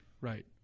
Right